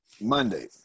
Monday